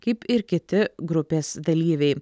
kaip ir kiti grupės dalyviai